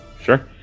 Sure